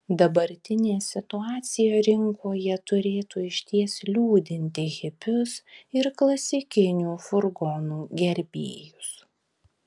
dabartinė situacija rinkoje turėtų išties liūdinti hipius ir klasikinių furgonų gerbėjus